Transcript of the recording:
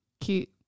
Cute